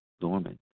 dormant